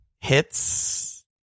hits